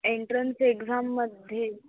entrance एग्सांमध्ये